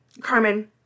Carmen